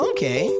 Okay